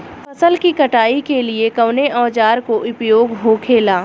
फसल की कटाई के लिए कवने औजार को उपयोग हो खेला?